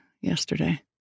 yesterday